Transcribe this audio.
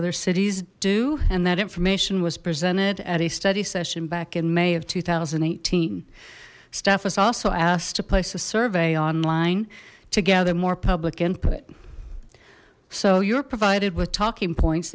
other cities do and that information was presented at a study session back in may of two thousand and eighteen staff is also asked to place a survey online to gather more public input so you're provided with talking points